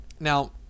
Now